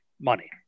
money